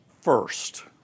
first